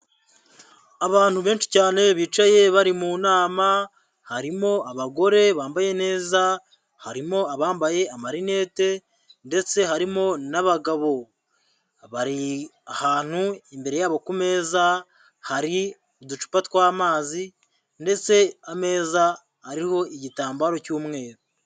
Abantu benshi cyane bicaye bari mu nama, harimo abagore bambaye neza, harimo abambaye amarinete ndetse harimo n'abagabo, bari ahantu imbere yabo ku meza hari uducupa twamazi ndetse ameza ariho igitambaro cy'umweru.